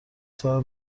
ساعت